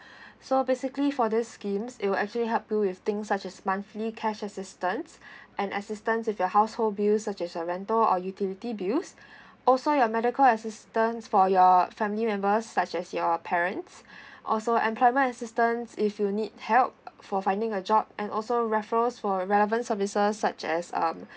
so basically for this schemes it will actually help you with things such as monthly cash assistance and assistance if your household bill such as a rental or utility bills also your medical assistance for your family members such as your parents also employment assistance if you need help for finding a job and also referrals for relevant services uh such as um